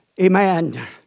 Amen